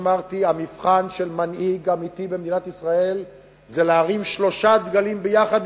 המבחן של מנהיג אמיתי במדינת ישראל זה להרים שלושה דגלים יחד,